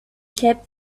kept